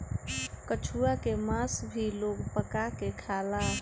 कछुआ के मास भी लोग पका के खाला